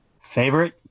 Favorite